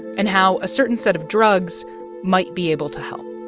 and how a certain set of drugs might be able to help